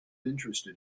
interested